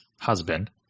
husband